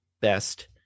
best